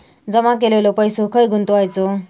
जमा केलेलो पैसो खय गुंतवायचो?